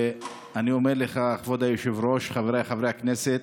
ואני אומר לך, כבוד היושב-ראש, חבריי חברי הכנסת,